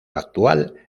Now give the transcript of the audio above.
actual